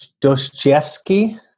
Dostoevsky